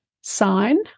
sign